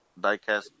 diecast